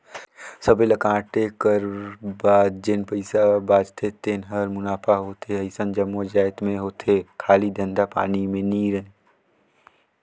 सबे ल कांटे कर बाद जेन पइसा बाचथे तेने हर मुनाफा होथे अइसन जम्मो जाएत में होथे खाली धंधा पानी में ही नई